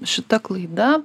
šita klaida